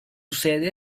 sede